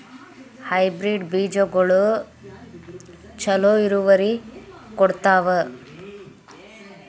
Hybrid ಬೇಜಗೊಳು ಛಲೋ ಇಳುವರಿ ಕೊಡ್ತಾವ?